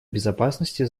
безопасности